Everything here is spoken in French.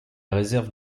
réserve